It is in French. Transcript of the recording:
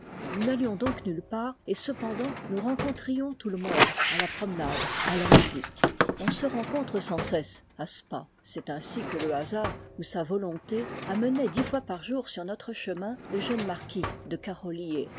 nous n'allions donc nulle part et cependant nous rencontrions tout le monde à la promenade à la musique on se rencontre sans cesse à spa c'est ainsi que le hasard ou sa volonté amenait dix fois par jour sur notre chemin le jeune marquis de carolyié